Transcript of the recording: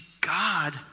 God